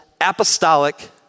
apostolic